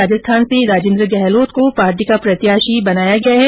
राजस्थान से राजेन्द्र गहलोत को पार्टी का प्रत्याशी बनाया गया है